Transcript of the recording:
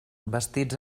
bastits